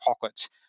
pockets